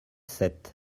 sept